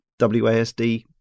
WASD